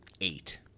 eight